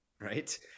right